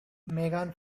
megan